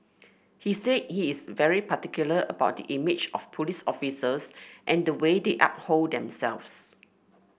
he said he is very particular about the image of police officers and the way they uphold themselves